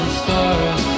stars